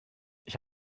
ich